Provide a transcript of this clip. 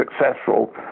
successful